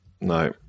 No